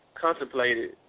contemplated